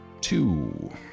two